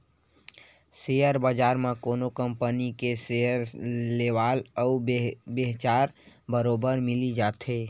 share बजार म कोनो कंपनी के सेयर लेवाल अउ बेचहार बरोबर मिली जाथे